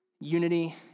Unity